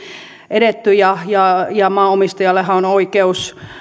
edetty ja ja maanomistajallahan on oikeus